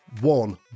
one